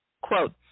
quote